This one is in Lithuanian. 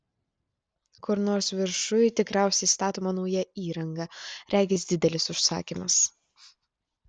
kur nors viršuj tikriausiai statoma nauja įranga regis didelis užsakymas